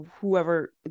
whoever